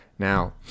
Now